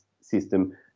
system